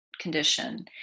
condition